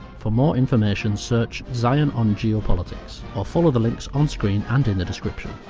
for more information, search zeihan on geopolitics, or follow the links onscreen and in the description.